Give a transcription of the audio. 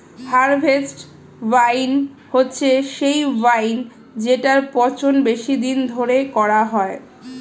harvest wine হচ্ছে সেই wine জেটার পচন বেশি দিন ধরে করা হয়